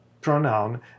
pronoun